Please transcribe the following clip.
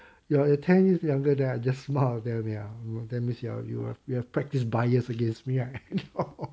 you're you're ten years younger then I just smile like that means you are we have practiced bias against me right now